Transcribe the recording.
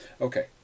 Okay